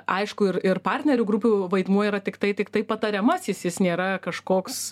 aišku ir ir partnerių grupių vaidmuo yra tiktai tiktai patariamasis jis nėra kažkoks